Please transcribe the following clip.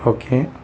okay